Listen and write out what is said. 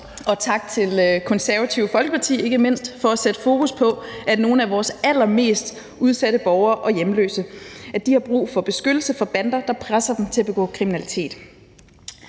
tak til Det Konservative Folkeparti for at sætte fokus på, at nogle af vores allermest udsatte borgere og hjemløse har brug for beskyttelse mod bander, der presser dem til at begå kriminalitet.